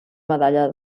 medalla